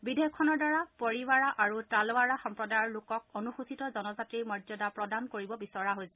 বিধেয়কখনৰ দ্বাৰা পৰিৱাৰা আৰু তালাৱাৰা সম্প্ৰদায়ৰ লোকক অনুসূচীত জনজাতিৰ মৰ্যাদা প্ৰদান কৰিব বিচৰা হৈছে